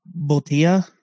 Botia